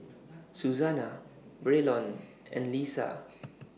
Susana Braylon and Leesa